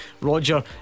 Roger